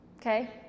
Okay